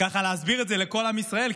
להסביר את זה לכל עם ישראל,